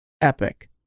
epic